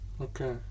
Okay